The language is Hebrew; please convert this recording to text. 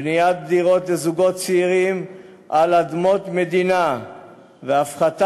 בניית דירות לזוגות צעירים על אדמות מדינה והפחתה